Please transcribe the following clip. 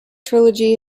trilogy